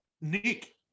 Nick